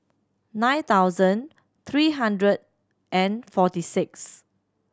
nine thousand three hundred and forty six